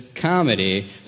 comedy